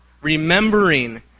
remembering